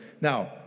Now